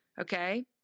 okay